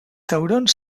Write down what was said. taurons